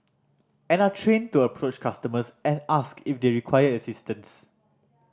and are trained to approach customers and ask if they require assistance